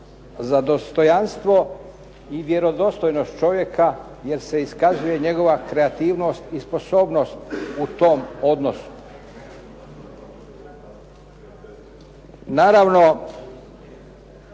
za dostojanstvo i vjerodostojnost čovjeka jer se iskazuje njegova kreativnost i sposobnost u tom odnosu.